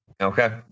okay